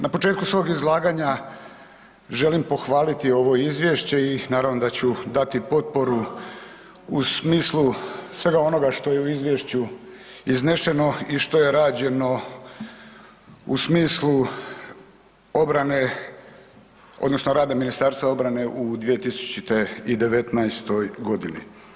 Na početku svog izlaganja želim pohvaliti ovo izvješće i naravno da ću dati potporu u smislu svega onoga što je u izvješću iznešeno i što je rađeno u smislu obrane odnosno rada MORH-a u 2019. godini.